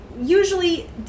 usually